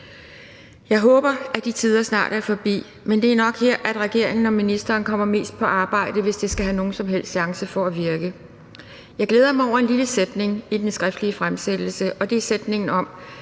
Jeg håber, at de tider snart er forbi, men det er nok her, hvor regeringen og ministeren kommer mest på arbejde, hvis det skal have nogen som helst chance for at virke. Jeg glæder mig over en lille sætning i den skriftlige fremsættelse, og det er sætningen om,